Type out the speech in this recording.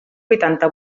huitanta